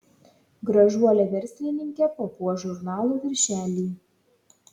gražuolė verslininkė papuoš žurnalo viršelį